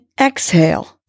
exhale